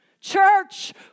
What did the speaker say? Church